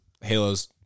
Halo's